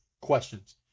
questions